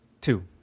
Two